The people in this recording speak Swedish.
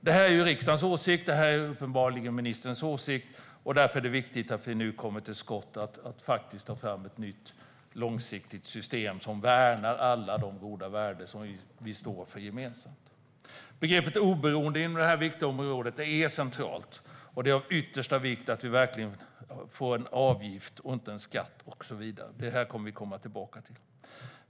Det här är riksdagens åsikt och uppenbarligen ministerns åsikt, och därför är det viktigt att vi nu kommer till skott och faktiskt tar fram ett nytt och långsiktigt system som värnar alla de goda värden som vi står för gemensamt. Begreppet "oberoende" är inom det här viktiga området centralt. Det är av yttersta vikt att vi verkligen får en avgift och inte en skatt. Det här kommer vi att komma tillbaka till.